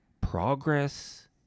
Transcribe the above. progress